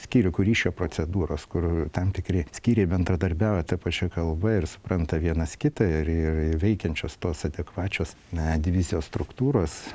skyrių kur ryšio procedūros kur tam tikri skyriai bendradarbiauja ta pačia kalba ir supranta vienas kitą ir ir ir veikiančios tos adekvačios na divizijos struktūros